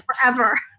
forever